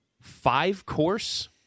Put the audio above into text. five-course